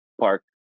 park